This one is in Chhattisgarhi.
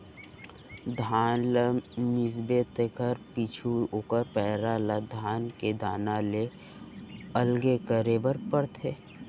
धान ल मिसबे तेकर पीछू ओकर पैरा ल धान के दाना ले अलगे करे बर परथे